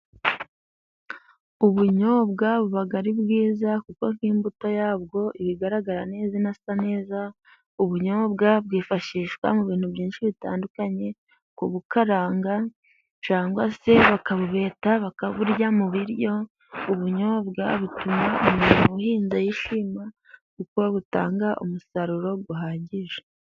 Ubunyobwa buba ari bwiza kuko nk'imbuto yabwo iba igaragara neza inasa neza, ubunyobwa bwifashishwa mu bintu byinshi bitandukanye, kubukaranga cyangwa se bakabubeta bakaburya mu biryo, ubunyobwa butuma umuntu uhinda yishima, kuko butanga umusaruro uhagije.